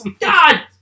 God